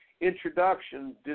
introduction